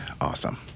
awesome